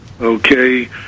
Okay